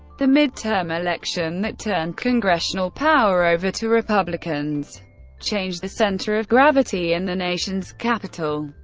the midterm election that turned congressional power over to republicans changed the center of gravity in the nation's capital.